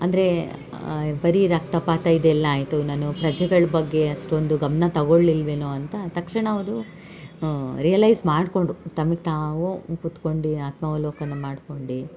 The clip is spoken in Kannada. ಅಂದರೆ ಬರೀ ರಕ್ತಪಾತ ಇದೆಲ್ಲ ಆಯಿತು ನಾನು ಪ್ರಜೆಗಳ ಬಗ್ಗೆ ಅಷ್ಟೊಂದು ಗಮನ ತಗೊಳ್ಳಲಿಲ್ವೇನೋ ಅಂತ ತಕ್ಷಣ ಅವರು ರಿಯಲೈಝ್ ಮಾಡಿಕೊಂಡ್ರು ತಮಿಗೆ ತಾವು ಕುತ್ಕೊಂಡು ಆತ್ಮಾವಲೋಕನ ಮಾಡ್ಕೊಂಡು